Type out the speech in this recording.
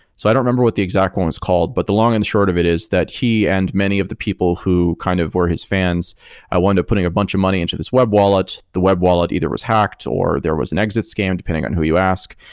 so i don't remember what the exact one is called, but the long and short of it is that he and many of the people who kind of were his fans wound up putting a bunch of money into this web wallet. the web wallet either was hacked or there was an exit scan depending on who you ask,